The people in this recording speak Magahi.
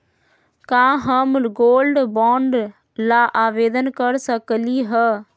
का हम गोल्ड बॉन्ड ला आवेदन कर सकली ह?